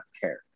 care